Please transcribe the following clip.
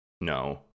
No